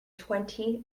twenty